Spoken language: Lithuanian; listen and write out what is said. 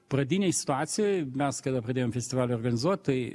pradinėj situacijoj mes kada pradėjom festivalį organizuot tai